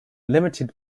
limited